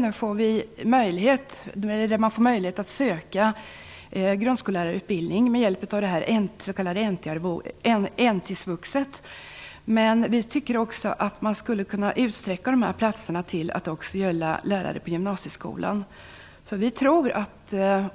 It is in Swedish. Man får nu möjlighet att söka grundskolelärarutbildning med hjälp av det s.k. NT svux. Men vi tycker att man borde utsträcka de platserna till att också gälla lärare på gymnasieskolan. Vi tror att det